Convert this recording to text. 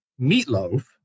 meatloaf